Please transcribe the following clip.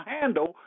handle